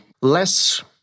less